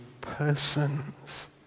persons